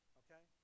okay